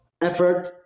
effort